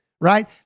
right